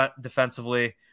defensively